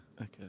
Okay